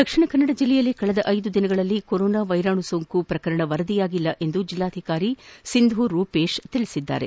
ದಕ್ಷಿಣ ಕನ್ನಡ ಜಿಲ್ಲೆಯಲ್ಲಿ ಕಳೆದ ಐದು ದಿನಗಳಲ್ಲಿ ಕೊರೊನಾ ವೈರಾಣು ಸೋಂಕು ಪ್ರಕರಣ ವರದಿಯಾಗಿಲ್ಲ ಎಂದು ಜಿಲ್ಲಾಧಿಕಾರಿ ಸಿಂಧೂ ರೂಪೇಶ್ ತಿಳಿಸಿದ್ದಾರೆ